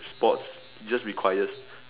sports just requires